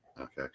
okay